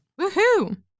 Woohoo